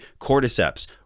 Cordyceps